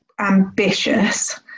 ambitious